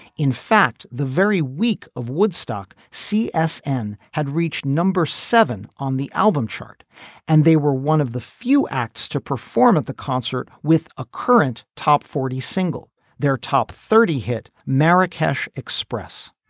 in fact the very week of woodstock c s n had reached number seven on the album chart and they were one of the few acts to perform at the concert with a current top forty single their top thirty hit merrick cash express.